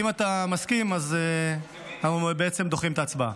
אם אתה מסכים, אנחנו בעצם דוחים את ההצבעה.